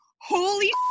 Holy